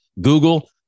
Google